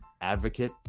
advocate